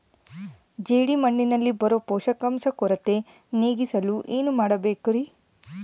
ಜೇಡಿಮಣ್ಣಿನಲ್ಲಿ ಬರೋ ಪೋಷಕಾಂಶ ಕೊರತೆ ನೇಗಿಸಲು ಏನು ಮಾಡಬೇಕರಿ?